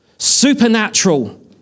Supernatural